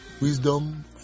wisdom